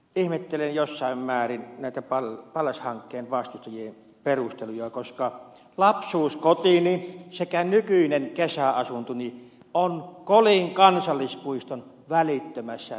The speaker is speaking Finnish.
ihmettelen jossain määrin näitä pallas hankkeen vastustajien perusteluja koska lapsuuskotini sekä nykyinen kesäasuntoni on kolin kansallispuiston välittömässä läheisyydessä